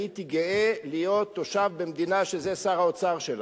הייתי גאה להיות תושב במדינה שזה שר האוצר שלה.